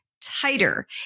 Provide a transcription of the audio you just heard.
tighter